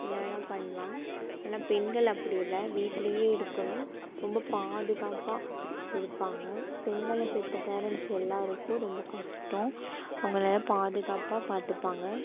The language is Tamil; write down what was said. என்ன வேணால் பண்ணலாம் ஆனால் பெண்கள் அப்படி இல்லை வீட்டிலயே இருக்கணும் ரொம்ப பாதுகாப்பாக இருப்பாங்க பெண்களை பெற்ற பேரன்ட்ஸ் எல்லாேருக்கும் ரொம்ப கஷ்டம் அவங்களை பாதுகாப்பாக பார்த்துப்பாங்க